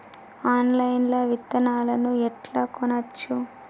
Online లా విత్తనాలను ఎట్లా కొనచ్చు?